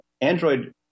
Android